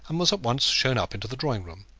and was at once shown up into the drawing-room.